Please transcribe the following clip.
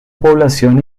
población